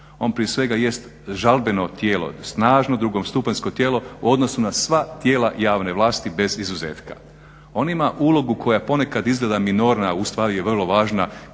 on prije svega jest žalbeno tijelo, snažno drugostupanjsko tijelo u odnosu na sva tijela javne vlasti bez izuzetka. On ima ulogu koja ponekad izgleda minorno, ali je ustvari je vrlo važna